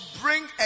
bring